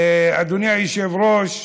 אדוני היושב-ראש,